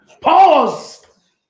Pause